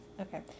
Okay